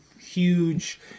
huge